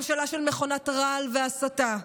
ממשלה של מכונת רעל והסתה.